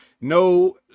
no